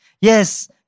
Yes